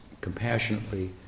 compassionately